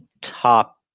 top